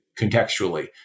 contextually